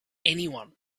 anyone